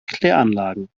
kläranlagen